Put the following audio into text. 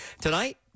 tonight